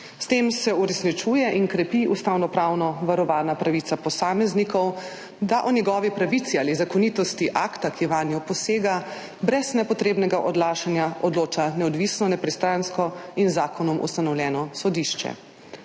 S tem se uresničuje in krepi ustavnopravno varovana pravica posameznikov, da o njegovi pravici ali zakonitosti akta, ki vanjo posega, brez nepotrebnega odlašanja odloča neodvisno, nepristransko in z zakonom ustanovljeno sodišče.